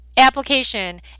application